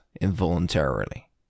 involuntarily